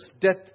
death